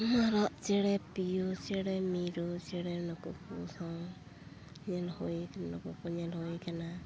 ᱢᱟᱨᱟᱫ ᱪᱮᱬᱮ ᱯᱤᱭᱳ ᱪᱮᱬᱮ ᱢᱤᱨᱩ ᱪᱮᱬᱮ ᱱᱩᱠᱩ ᱠᱚ ᱥᱟᱶ ᱧᱮᱞ ᱦᱩᱭ ᱟᱠᱟᱱᱟ ᱱᱩᱠᱩ ᱠᱚ ᱧᱮᱞ ᱦᱩᱭ ᱟᱠᱟᱱᱟ